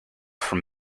from